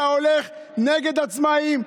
אתה הולך נגד העצמאים.